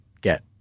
get